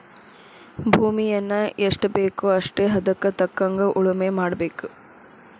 ಭೂಮಿಯನ್ನಾ ಎಷ್ಟಬೇಕೋ ಅಷ್ಟೇ ಹದಕ್ಕ ತಕ್ಕಂಗ ಉಳುಮೆ ಮಾಡಬೇಕ